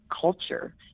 culture